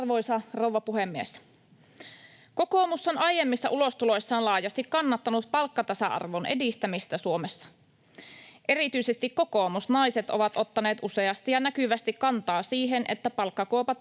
Arvoisa rouva puhemies! Kokoomus on aiemmissa ulostuloissaan laajasti kannattanut palkkatasa-arvon edistämistä Suomessa. Erityisesti kokoomusnaiset ovat ottaneet useasti ja näkyvästi kantaa siihen, että palkkakuopat